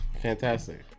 Fantastic